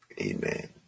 Amen